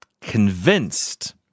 convinced